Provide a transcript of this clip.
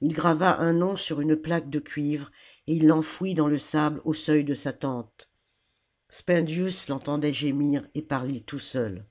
ii grava un nom sur une plaque de cuivre et il l'enfouit dans le sable au seuil de sa tente spendius l'entendait gémir et parler tout seul